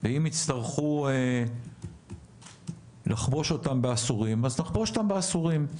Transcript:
ואם יצטרכו לחבוש אותם באסורים אז נחבוש אותם באסורים,